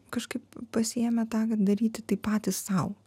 kažkaip pasiėmę tą daryti tai patys sau